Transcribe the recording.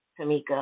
Tamika